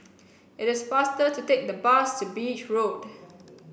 it is faster to take the bus to Beach Road